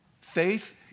Faith